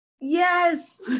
Yes